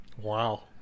Wow